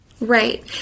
right